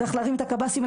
צריך להרים את הקב"סים,